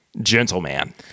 gentleman